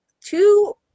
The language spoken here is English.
two